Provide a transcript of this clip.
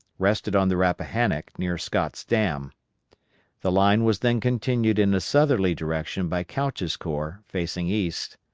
rested on the rappahannock, near scott's dam the line was then continued in a southerly direction by couch's corps, facing east,